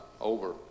over